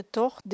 toch